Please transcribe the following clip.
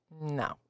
No